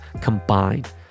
combined